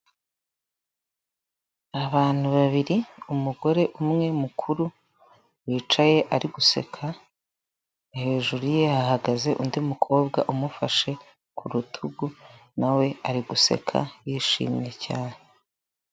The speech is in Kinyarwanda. Abantu babiri, umugore umwe mukuru wicaye ari guseka, hejuru ye hahagaze undi mukobwa umufashe ku rutugu nawe ari guseka yishimye cyane.